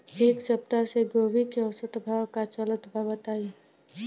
एक सप्ताह से गोभी के औसत भाव का चलत बा बताई?